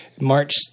March